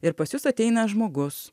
ir pas jus ateina žmogus